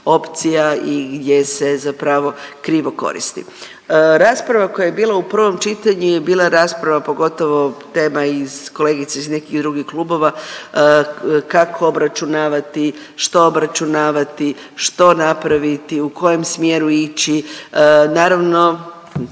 opcija i gdje se zapravo krivo koristi. Rasprava koja je bila u prvom čitanju je bila rasprava, pogotovo tema iz, kolegica iz nekih drugih klubova, kako obračunavati, što obračunavati, što napraviti, u kojem smjeru ići. Naravno,